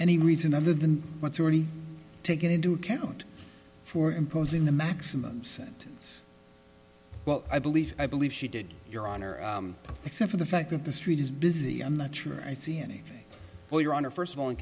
any reason other than what's already taken into account for imposing the maximum sentence well i believe i believe she did your honor except for the fact that the street is busy i'm not sure i see any well your honor first of all